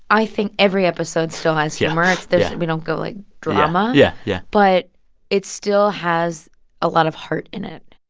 i think every episode still has humor. we don't go, like, drama. yeah yeah but it still has a lot of heart in it